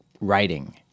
writing